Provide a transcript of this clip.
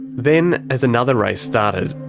then as another race started.